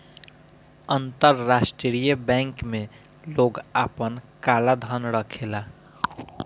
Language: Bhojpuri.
अंतरराष्ट्रीय बैंक में लोग आपन काला धन रखेला